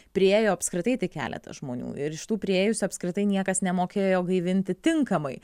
priėjo apskritai tik keletas žmonių ir iš tų priėjusių apskritai niekas nemokėjo gaivinti tinkamai